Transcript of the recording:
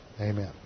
Amen